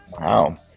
Wow